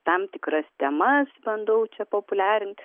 tam tikras temas bandau čia populiarint